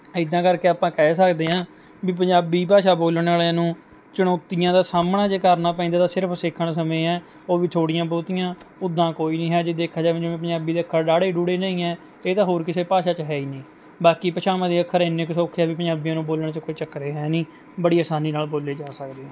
ਏਦਾਂ ਕਰਕੇ ਆਪਾਂ ਕਹਿ ਸਕਦੇ ਹਾਂ ਵੀ ਪੰਜਾਬੀ ਭਾਸ਼ਾ ਬੋਲਣ ਵਾਲਿਆਂ ਨੂੰ ਚੁਣੌਤੀਆਂ ਦਾ ਸਾਹਮਣਾ ਜੇ ਕਰਨਾ ਪੈਂਦਾ ਤਾਂ ਸਿਰਫ਼ ਸਿੱਖਣ ਸਮੇਂ ਹੈ ਉਹ ਵੀ ਥੋੜ੍ਹੀਆਂ ਬਹੁਤੀਆਂ ਉੱਦਾਂ ਕੋਈ ਨਹੀਂ ਹੈ ਜੇ ਦੇਖਿਆ ਜਾਵੇ ਜਿਵੇਂ ਪੰਜਾਬੀ ਦਾ ਅੱਖਰ ੜਾੜੇ ੜੂੜੇ ਨਹੀਂ ਹੈ ਇਹ ਤਾਂ ਹੋਰ ਕਿਸੇ ਭਾਸ਼ਾ 'ਚ ਹੈ ਹੀ ਨਹੀਂ ਬਾਕੀ ਭਾਸ਼ਾਵਾਂ ਦੇ ਅੱਖਰ ਐਨੇ ਕੁ ਸੌਖੇ ਹੈ ਵੀ ਪੰਜਾਬੀਆਂ ਨੂੰ ਬੋਲਣ 'ਚ ਕੋਈ ਚੱਕਰ ਹੀ ਹੈ ਨਹੀਂ ਬੜੀ ਅਸਾਨੀ ਨਾਲ਼ ਬੋਲੇ ਜਾ ਸਕਦੇ ਹੈ